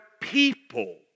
people